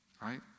Right